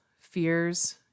fears